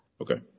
Okay